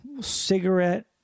cigarette